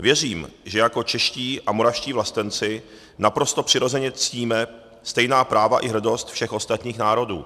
Věřím, že jako čeští a moravští vlastenci naprosto přirozeně ctíme stejná práva i hrdost všech ostatních národů.